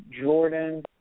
Jordan –